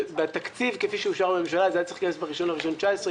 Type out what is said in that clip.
בתקציב כפי שאושר בממשלה זה היה צריך להיכנס ב-1 לינואר 2019,